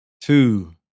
two